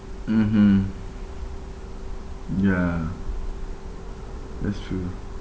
mmhmm ya that's true unless